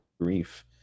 grief